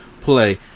Play